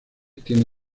tiene